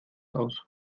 aus